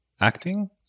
acting